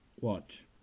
watch